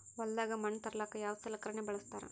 ಹೊಲದಾಗ ಮಣ್ ತರಲಾಕ ಯಾವದ ಸಲಕರಣ ಬಳಸತಾರ?